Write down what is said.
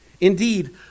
Indeed